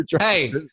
hey